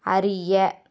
அறிய